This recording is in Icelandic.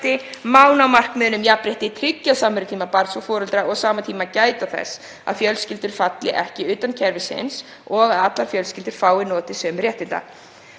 má ná markmiðinu um jafnrétti, tryggja samverutíma barns og foreldra og á sama tíma gæta þess að fjölskyldur falli ekki utan kerfisins og að allar fjölskyldur fái notið sömu réttinda.